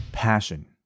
passion